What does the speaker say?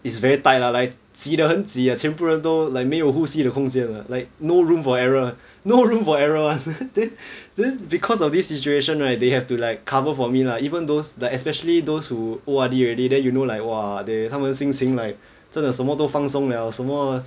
it's very tight lah like 挤得很挤啊全部人都 like 没有呼吸的空间 lah like no room for error no room for error [one] then then because of this situation right they have to like cover for me lah even those like especially those who O_R_D already then you know like !wah! they 他们心情 like 真的什么都放松了什么